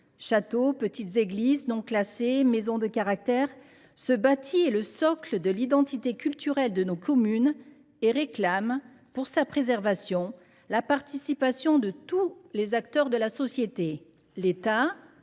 Châteaux, petites églises non classées, maisons de caractère, ce bâti est le socle de l'identité culturelle de nos communes et sa préservation exige la participation de tous les acteurs de la société : l'État,